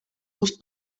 růst